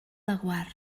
laguar